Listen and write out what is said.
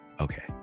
Okay